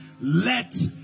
Let